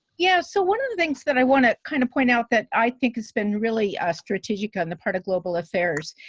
yeah so one of the things that i want to kind of point out that i think it's been really ah strategic on the part of global affairs.